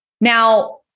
Now